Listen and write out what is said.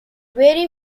vary